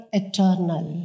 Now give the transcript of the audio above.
eternal